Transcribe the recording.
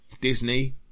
Disney